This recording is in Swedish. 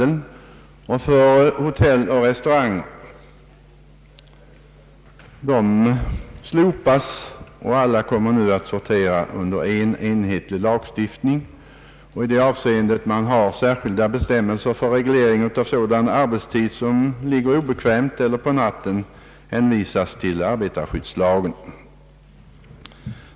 allmän arbetstidslag, m.m. och restaurangbranschen. Dessa lagar slopas, och alla kommer nu att sortera under en enhetlig lagstiftning. I de fall då man har särskilda bestämmelser för reglering av obekväm arbetstid hänvisas till arbetarskyddslagen.